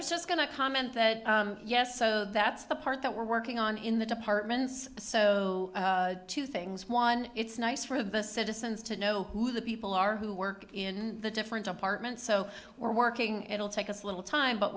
was just going to comment that yes so that's the part that we're working on in the departments so two things one it's nice for the citizens to know who the people are who work in the different apartments so we're working it'll take us a little time but